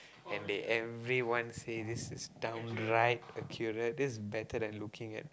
and they everyone say this is downright accurate this is better than looking at